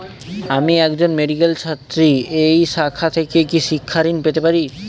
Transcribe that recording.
আমি একজন মেডিক্যাল ছাত্রী এই শাখা থেকে কি শিক্ষাঋণ পেতে পারি?